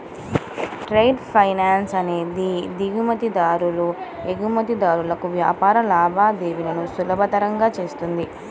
trade finance అనేది దిగుమతిదారులు, ఎగుమతిదారులకు వ్యాపార లావాదేవీలను సులభతరం చేస్తుంది